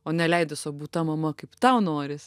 o neleidi sau būt ta mama kaip tau noris